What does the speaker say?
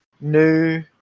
new